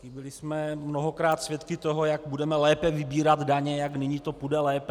Byli jsme mnohokrát svědky toho, jak budeme lépe vybírat daně, jak nyní to půjde lépe.